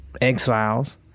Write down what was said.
exiles